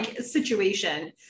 situation